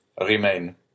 remain